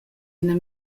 ina